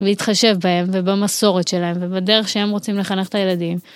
ולהתחשב בהם, ובמסורת שלהם, ובדרך שהם רוצים לחנך את הילדים.